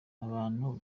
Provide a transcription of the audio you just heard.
bantu